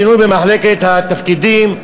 שינוי בחלוקת התפקידים,